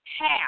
half